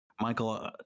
Michael